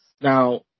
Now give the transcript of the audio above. Now